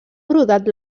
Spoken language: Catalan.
brodat